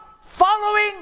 following